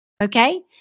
okay